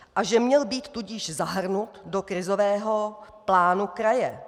A že měl být tudíž zahrnut do krizového plánu kraje.